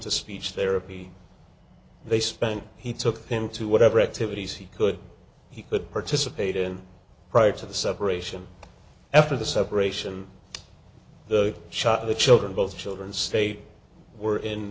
to speech therapy they spent he took him to whatever activities he could he could participate in prior to the separation after the separation the shock of the children both children state were in